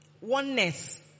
oneness